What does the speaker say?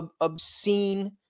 obscene